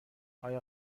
آیا